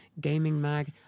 gamingmag